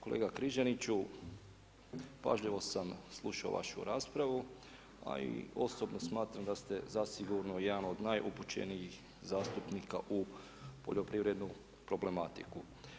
Kolega Križaniću, pažljivo sam slušao vašu raspravu a i osobno smatram da ste zasigurno jedan od najupućenijih zastupnika u poljoprivrednu problematiku.